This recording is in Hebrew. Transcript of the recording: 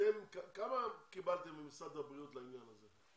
כמה קיבלתם ממשרד הבריאות לעניין הזה?